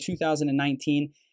2019